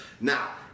Now